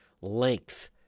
length